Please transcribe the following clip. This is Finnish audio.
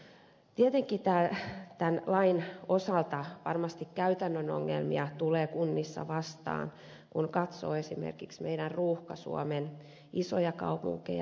tietenkin tämän lain osalta varmasti käytännön ongelmia tulee kunnissa vastaan kun katsoo esimerkiksi meidän ruuhka suomen isoja kaupunkeja